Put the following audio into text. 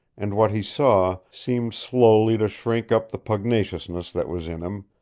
and what he saw seemed slowly to shrink up the pugnaciousness that was in him,